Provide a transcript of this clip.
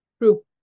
true